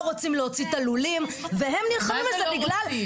לא רוצים להוציא את הלולים והם --- מה זה לא רוצים?